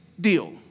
deal